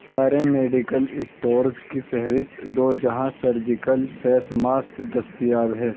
سارے medical stores کی فہرست دو جہاں سرجیکل فیس ماسک دستیاب ہے